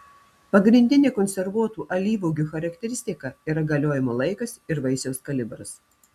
pagrindinė konservuotų alyvuogių charakteristika yra galiojimo laikas ir vaisiaus kalibras